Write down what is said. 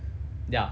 ya